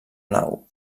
nau